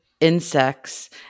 insects